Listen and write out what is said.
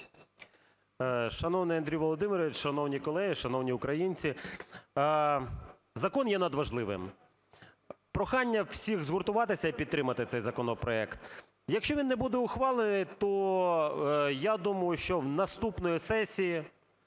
Шановний Андрій Володимирович, шановні колеги, шановні українці! Закон є надважливим. Прохання всіх згуртуватися і підтримати цей законопроект. Якщо він не буде ухвалений, то я думаю, що наступної сесії